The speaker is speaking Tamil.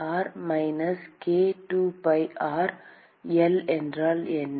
A r minus k 2pi r L என்றால் என்ன